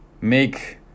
Make